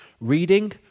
Reading